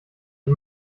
die